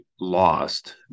lost